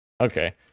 Okay